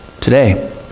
today